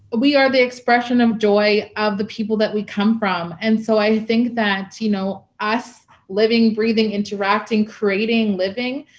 we are the expression of joy of the people that we come from. and so i think that you know us living, breathing, interacting, creating, living,